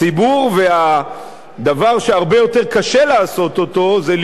והדבר שהרבה יותר קשה לעשות אותו זה להיות זהיר,